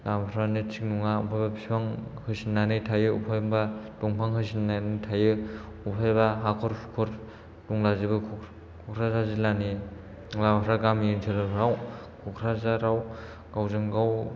ओमफ्राय नैथिंनाया बिफां होसेननानै थायो बा दंफां होसेननानै थायो बबेयावबा हाखर हुखर दंलाजोबो कक्राझार जिल्लानि ओमफ्राय गामि ओनसोलाव कक्राझाराव गावजों गाव